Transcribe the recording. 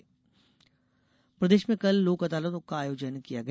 लोक अदालत प्रदेश में कल लोक अदालतों का आयोजन किया गया